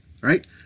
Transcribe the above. right